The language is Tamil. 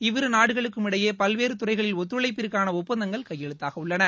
இவ்விரு நாடுகளுக்கும் இடையே பல்வேறு துறைகளில் ஒத்துழைப்பிற்கான ஒப்பந்தங்கள் கையெழுத்தாக உள்ளன